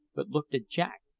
but looked at jack,